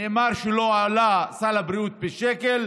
נאמר שלא עלה סל הבריאות בשקל,